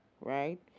right